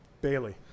Bailey